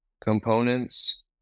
components